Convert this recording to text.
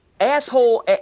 asshole